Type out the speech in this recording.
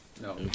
No